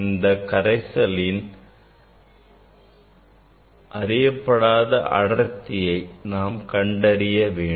இந்த அறியப்படாத கரைசலின் அடர்த்தியை நாம் கண்டறியவேண்டும்